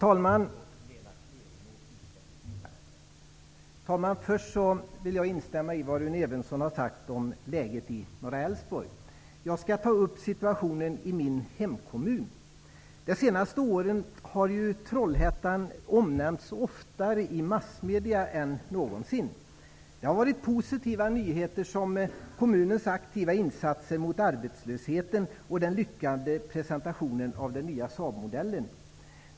Herr talman! Först vill jag instämma i vad Rune Evensson har sagt om läget i Norra Älvsborg. Jag skall ta upp situationen i min hemkommun. De senaste åren har ju Trollhättan omnämnts oftare än någonsin i massmedierna. Det har rört sig om positiva nyheter som kommunens aktiva insatser mot arbetslösheten och den lyckade presentationen av den nya Saab-modellen.